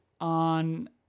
on